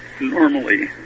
normally